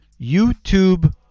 YouTube